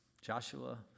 Joshua